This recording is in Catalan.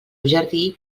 jardí